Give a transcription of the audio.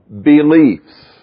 beliefs